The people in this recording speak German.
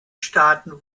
staaten